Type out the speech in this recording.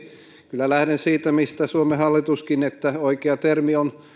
kyllä lähden siitä mistä suomen hallituskin että oikea termi on